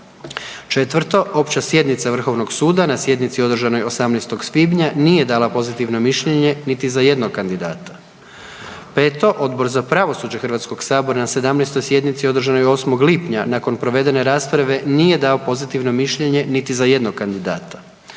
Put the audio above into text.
HS. 1. Opća sjednica vrhovnog suda na sjednici održanoj 18. svibnja nije dala pozitivno mišljenje niti za jednog kandidata. 5. Odbor za pravosuđe HS na 17. sjednici održanoj 8. lipnja nakon provedene rasprave nije dao pozitivno mišljenje niti za jednog kandidata.